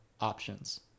options